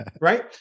right